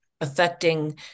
affecting